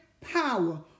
power